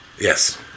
Yes